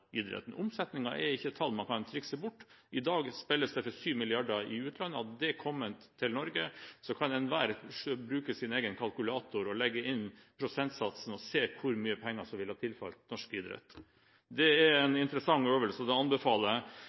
er ikke et tall man kan trikse bort. I dag spilles det for 7 mrd. kr i utlandet. Enhver kan bruke sin egen kalkulator og legge inn prosentsatsen og se hvor mye penger som ville ha tilfalt norsk idrett dersom de midlene hadde kommet til Norge. Det er en interessant øvelse, og det anbefaler